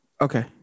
Okay